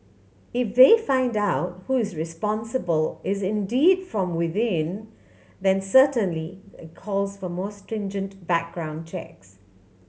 if they find out who is responsible is indeed from within then certainly that calls for more stringent background checks